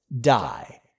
die